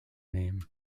name